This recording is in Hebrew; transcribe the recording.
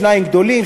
שניים גדולים,